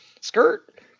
skirt